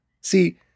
See